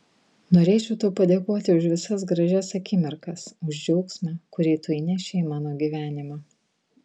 norėčiau tau padėkoti už visas gražias akimirkas už džiaugsmą kurį tu įnešei į mano gyvenimą